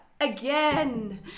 again